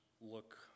look